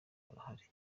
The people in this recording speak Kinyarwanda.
barahari